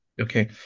Okay